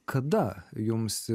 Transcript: kada jums